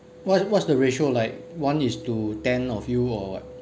what's what's the ratio like one is to ten of you or what